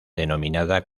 denominada